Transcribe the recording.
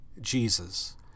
Jesus